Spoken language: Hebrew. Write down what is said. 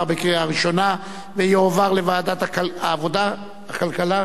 לוועדת הכלכלה